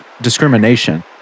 discrimination